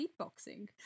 beatboxing